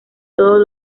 todos